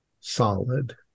solid